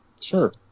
Sure